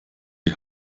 die